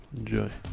enjoy